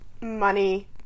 money